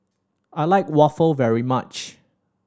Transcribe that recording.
I like waffle very much